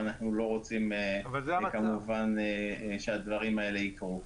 ואנחנו כמובן לא רוצים שהדברים האלה יקרו.